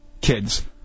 kids